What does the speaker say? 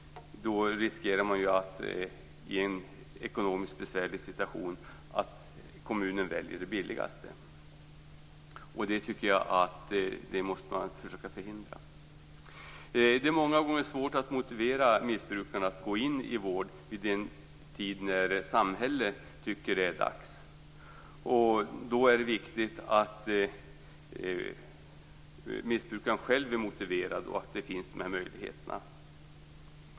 Då riskerar man att kommunen i en besvärlig ekonomisk situation väljer det billigaste. Det tycker jag att man måste försöka förhindra. Det är många gånger svårt att motivera missbrukarna att gå in i vård vid den tid då samhället tycker att det är dags. Då är det viktigt att missbrukaren själv är motiverad och att det finns de här möjligheterna.